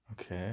Okay